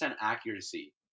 accuracy